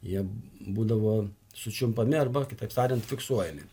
jie būdavo sučiumpami arba kitaip tariant fiksuojami